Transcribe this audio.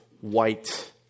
white